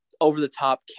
over-the-top